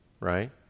right